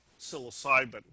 psilocybin